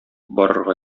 барырга